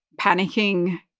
panicking